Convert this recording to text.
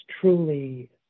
truly